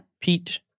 pete